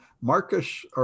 Marcus